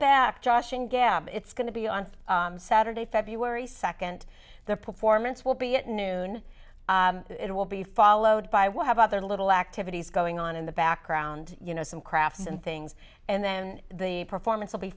back joshing gap it's going to be on saturday february second the performance will be at noon it will be followed by we'll have other little activities going on in the background you know some crafts and things and then the performance will be